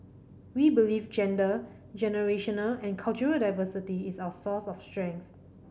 we believe gender generational and cultural diversity is our source of strength